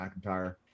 mcintyre